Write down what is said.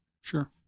Sure